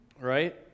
right